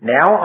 Now